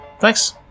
Thanks